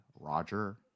roger